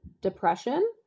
depression